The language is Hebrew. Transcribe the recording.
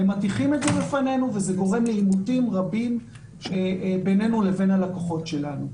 וזה גורם לעימותים רבים בינינו בלין הלקוחות שלנו.